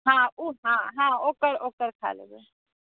हॅं ओ हॅं हॅं हॅं ओकर खा लेब